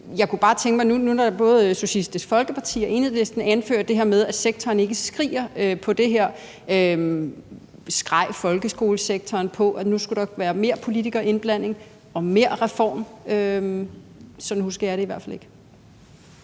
jeg kunne bare godt tænke mig nu, hvor både Socialistisk Folkeparti og Enhedslisten anfører det her med, at sektoren ikke skriger på det her, at spørge: Skreg folkeskolesektoren på, at der nu skulle være mere politikerindblanding og mere reform? Sådan husker jeg det i hvert fald ikke.